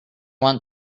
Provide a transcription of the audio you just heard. want